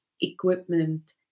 equipment